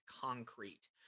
concrete